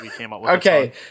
Okay